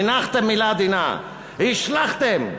"הנחתם" מילה עדינה, השלכתם.